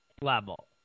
level